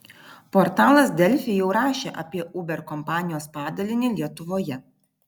portalas delfi jau rašė apie uber kompanijos padalinį lietuvoje